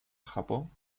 japón